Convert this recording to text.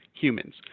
humans